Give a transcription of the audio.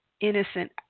innocent